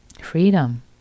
freedom